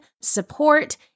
support